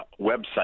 website